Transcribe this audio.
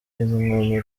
muri